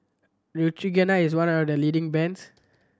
Neutrogena is one of the leading brands